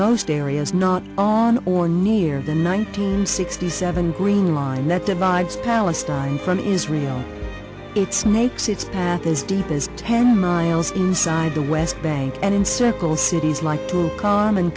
most areas not all on or near the nineteen sixty seven green line that divides palestine from israel its makes its path as deep as ten miles inside the west bank and in circle cities like